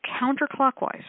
counterclockwise